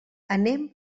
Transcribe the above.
anem